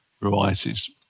varieties